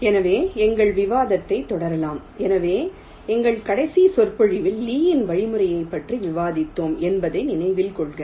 எனவே எங்கள் விவாதத்தைத் தொடரலாம் எனவே எங்கள் கடைசி சொற்பொழிவில் லீயின் வழிமுறையைப் பற்றி விவாதித்தோம் என்பதை நினைவில் கொள்க